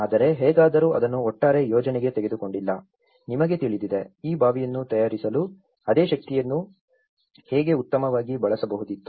ಆದರೆ ಹೇಗಾದರೂ ಅದನ್ನು ಒಟ್ಟಾರೆ ಯೋಜನೆಗೆ ತೆಗೆದುಕೊಂಡಿಲ್ಲ ನಿಮಗೆ ತಿಳಿದಿದೆ ಈ ಬಾವಿಯನ್ನು ತಯಾರಿಸಲು ಅದೇ ಶಕ್ತಿಯನ್ನು ಹೇಗೆ ಉತ್ತಮವಾಗಿ ಬಳಸಬಹುದಿತ್ತು